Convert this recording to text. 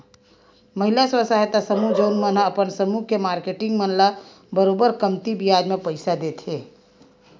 महिला स्व सहायता समूह जउन मन ह अपन समूह के मारकेटिंग मन ल बरोबर कमती बियाज म पइसा देथे